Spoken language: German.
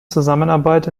zusammenarbeit